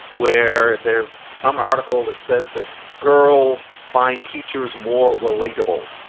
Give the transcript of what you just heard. where there's some article that says that girls find teachers more relatable.